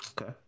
Okay